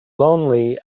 lonely